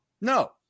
no